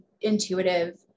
intuitive